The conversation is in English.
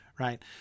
Right